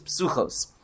psuchos